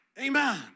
Amen